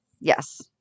Yes